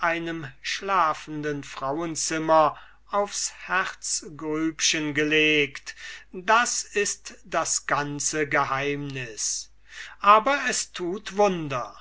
einem schlafenden frauenzimmer aufs herzgrübchen gelegt das ist das ganze geheimnis aber es tut wunder